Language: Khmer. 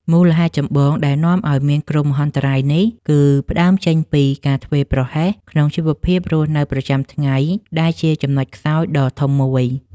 មូលហេតុចម្បងដែលនាំឱ្យមានគ្រោះមហន្តរាយនេះ គឺផ្ដើមចេញពីការធ្វេសប្រហែសក្នុងជីវភាពរស់នៅប្រចាំថ្ងៃ ដែលជាចំណុចខ្សោយដ៏ធំមួយ។